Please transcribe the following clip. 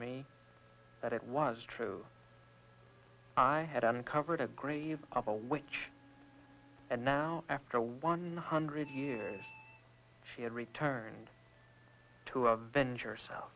me that it was true i hadn't covered a grave of a witch and now after one hundred years she had returned to a venture s